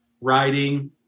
writing